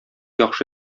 яхшы